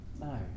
No